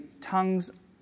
tongues